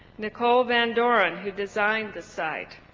nicole van doren who designed the site.